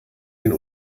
den